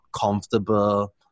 comfortable